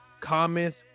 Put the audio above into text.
comments